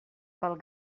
pel